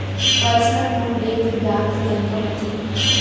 Personal loan ले के ब्याज दर कतका होथे?